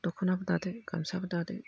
दख'नाबो दादो गामसाबो दादो